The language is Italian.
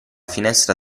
finestra